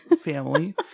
family